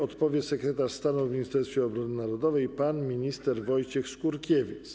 Odpowie sekretarz stanu w Ministerstwie Obrony Narodowej pan minister Wojciech Skurkiewicz.